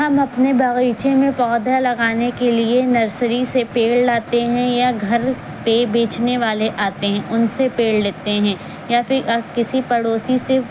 ہم اپنے بغیچے میں پودا لگانے کے لیے نرسری سے پیڑ لاتے ہیں یا گھر پہ بیچنے والے آتے ہیں ان سے پیڑ لیتے ہیں یا پھر کسی پڑوسی سے